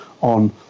on